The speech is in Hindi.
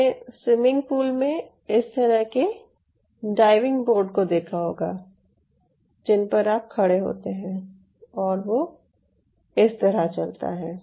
आपने स्विमिंग पूल में इस तरह के डाइविंग बोर्ड को देखा होगा जिन पर आप खड़े होते हैं और वो इस तरह चलता है